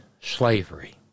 slavery